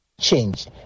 change